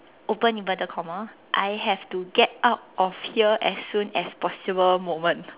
open inverted comma I have to get out of here as soon as possible moment